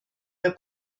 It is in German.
der